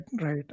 right